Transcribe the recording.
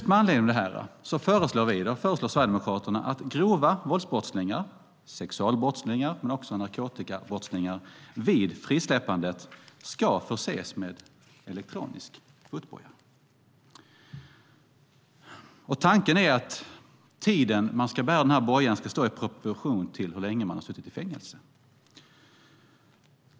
Med anledning av detta föreslår Sverigedemokraterna att grova våldsbrottslingar och sexualbrottslingar men också narkotikabrottslingar vid frisläppandet förses med elektronisk fotboja. Tanken är att den tid de ska bära bojan ska stå i proportion till hur länge de har suttit i fängelse.